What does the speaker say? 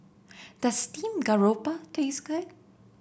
does Steamed Garoupa taste good